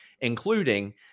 including